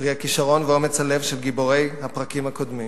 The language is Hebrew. פרי הכשרון ואומץ הלב של גיבורי הפרקים הקודמים.